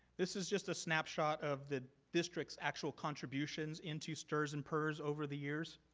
this is just a snapshot of the districts actual contribution into strs and purs over the years.